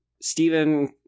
Stephen